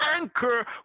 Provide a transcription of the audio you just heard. anchor